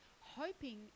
hoping